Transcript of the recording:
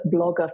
blogger